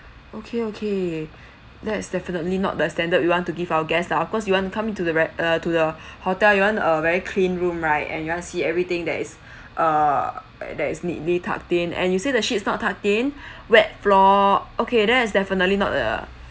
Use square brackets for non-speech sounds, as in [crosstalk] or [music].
okay okay that's definitely not the standard we want to give our guest lah of course you want to come in to the right uh to the [breath] hotel you want a very clean room right and you want see everything that is [breath] err that is neatly tucked in and you say the sheet is not tucked in [breath] wet floor okay that is definitely not uh